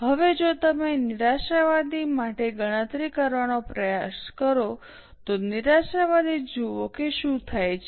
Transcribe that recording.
હવે જો તમે નિરાશાવાદી માટે ગણતરી કરવાનો પ્રયાસ કરો તો નિરાશાવાદી જુઓ કે શું થાય છે